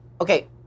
Okay